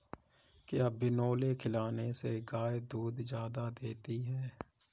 क्या बिनोले खिलाने से गाय दूध ज्यादा देती है?